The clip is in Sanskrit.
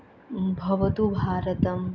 भवतु भारतं